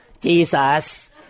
Jesus